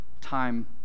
time